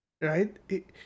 right